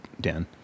Dan